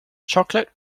chocolate